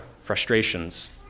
frustrations